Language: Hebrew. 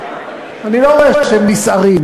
אני לא רואה שהם נסערים.